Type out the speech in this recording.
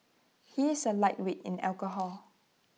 he is A lightweight in alcohol